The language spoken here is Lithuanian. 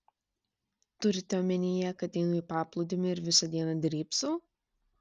turite omenyje kad einu į paplūdimį ir visą dieną drybsau